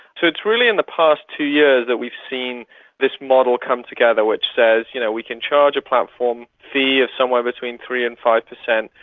so it's really in the past two years that we've seen this model come together which says you know we can charge a platform fee of somewhere between three percent and five percent,